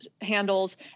handles